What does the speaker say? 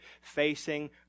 facing